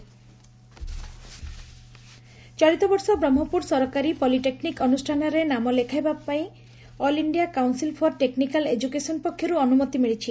ନାମଲେଖା ଚଳିତ ବର୍ଷ ବ୍ରହ୍ମପୁର ସରକାରୀ ପଲି ଟେକ୍ନିକ ଅନୁଷ୍ଠାନରେ ନାମ ଲେଖାଇବା କୁ all India council for technical education ପକ୍ଷରୁ ଅନୁମତି ମିଳିଛି